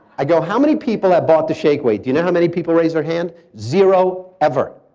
i go, how many people have bought the shake-away? do you know how many people raise their hand? zero, ever.